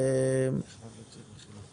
אני צריך לעזוב.